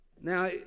now